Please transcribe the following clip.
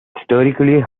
historically